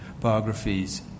biographies